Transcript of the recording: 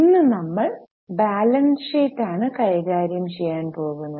ഇന്ന് നമ്മൾ balance sheet ആണ് കൈകാര്യം ചെയ്യാൻ പോകുന്നത്